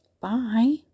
Bye